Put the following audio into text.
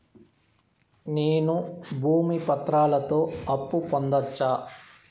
నేను భూమి పత్రాలతో అప్పు పొందొచ్చా?